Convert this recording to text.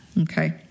Okay